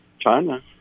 China